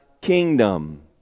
kingdom